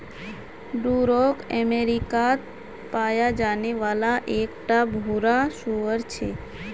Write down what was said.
Duroc अमेरिकात पाया जाने वाला एक टा भूरा सूअर छे